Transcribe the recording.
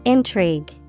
Intrigue